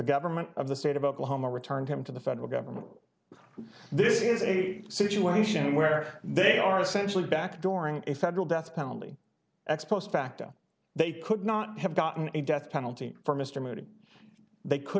government of the state of oklahoma returned him to the federal government this is a situation where they are essentially back dooring a federal death penalty ex post facto they could not have gotten a death penalty for mr moti they could